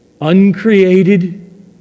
Uncreated